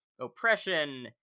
oppression